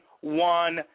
one